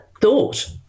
thought